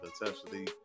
intensity